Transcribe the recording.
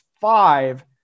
five